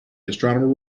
astronomer